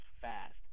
fast